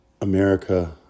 America